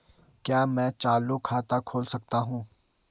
क्या मैं चालू खाता खोल सकता हूँ?